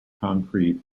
concrete